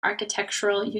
architectural